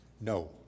No